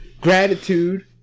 gratitude